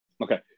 Okay